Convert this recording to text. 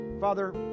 father